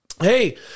Hey